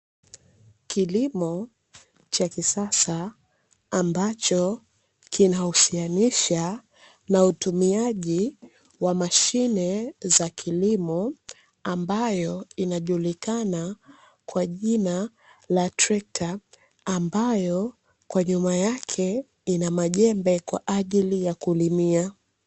Kilimo cha kisasa ambacho kinahusiana na utumiaji wa mashine za kilimo kwa jina la trekta ambayo kwa nyuma yake kuna majembe ya kulimia.